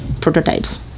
prototypes